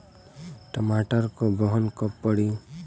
टमाटर क बहन कब पड़ी?